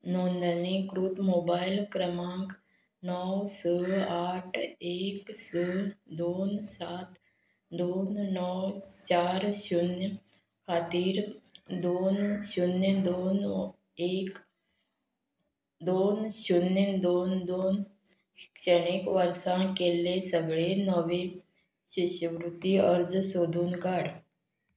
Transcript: नोंदणीकृत मोबायल क्रमांक णव स आठ एक स दोन सात दोन णव चार शुन्य खातीर दोन शुन्य दोन एक दोन शुन्य दोन दोन शिक्षणीक वर्सां केल्ले सगळे नवे शिश्यवृत्ती अर्ज सोदून काड